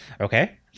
Okay